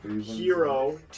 Hero